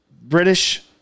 british